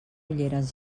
ulleres